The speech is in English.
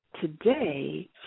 today